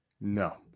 no